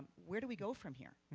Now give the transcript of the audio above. where do we go from here?